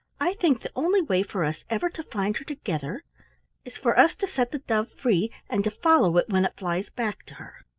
i think the only way for us ever to find her together is for us to set the dove free, and to follow it when it flies back to her.